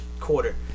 quarter